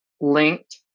linked